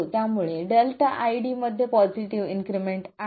त्यामुळे ΔID मध्ये positive increment आहे